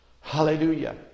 Hallelujah